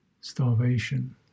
starvation